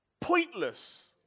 pointless